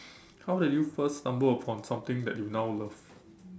how did you first stumble upon something that you now love